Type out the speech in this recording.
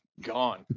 gone